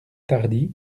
tardy